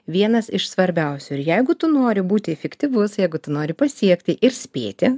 vienas iš svarbiausių ir jeigu tu nori būti efektyvus jeigu tu nori pasiekti ir spėti